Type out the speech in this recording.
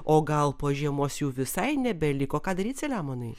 o gal po žiemos jų visai nebeliko ką daryti salemonai